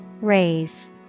Raise